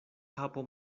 kapo